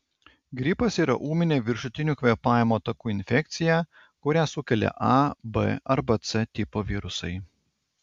gripas yra ūminė viršutinių kvėpavimo takų infekcija kurią sukelia a b arba c tipo virusai